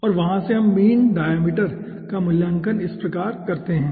और वहां से हम मीन डायमीटर का मूल्यांकन इस प्रकार करते हैं